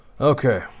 okay